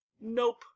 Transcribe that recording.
nope